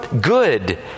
good